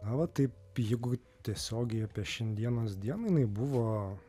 na va taip jeigu tiesiogiai apie šiandienos dieną jinai buvo